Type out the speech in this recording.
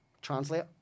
translate